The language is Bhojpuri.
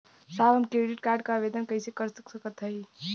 साहब हम क्रेडिट कार्ड क आवेदन कइसे कर सकत हई?